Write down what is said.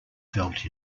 felt